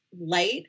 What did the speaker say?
light